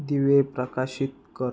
दिवे प्रकाशित कर